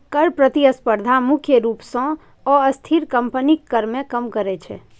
कर प्रतिस्पर्धा मुख्य रूप सं अस्थिर कंपनीक कर कें कम करै छै